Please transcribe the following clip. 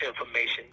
information